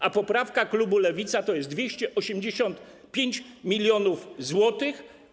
Koszt poprawki klubu Lewica to jest 285 mln zł.